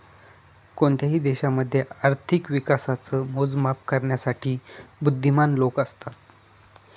कोणत्याही देशामध्ये आर्थिक विकासाच मोजमाप करण्यासाठी बुध्दीमान लोक असतात